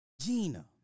Gina